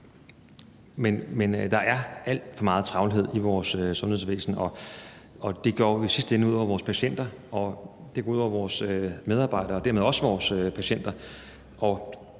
Men der er alt for meget travlhed i vores sundhedsvæsen, og det går jo i sidste ende ud over vores patienter, og det går ud over vores medarbejdere og dermed også vores patienter,